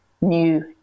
new